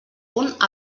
punt